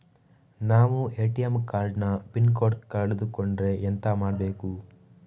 ನಾವು ATM card ನ PIN code ಕಳೆದು ಕೊಂಡ್ರೆ ಎಂತ ಮಾಡ್ಬೇಕು?